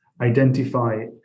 identify